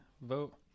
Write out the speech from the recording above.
Vote